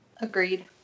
Agreed